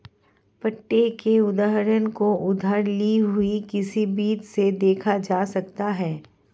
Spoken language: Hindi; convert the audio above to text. पट्टे के उदाहरण को उधार ली हुई किसी चीज़ से देखा जा सकता है